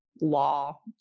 law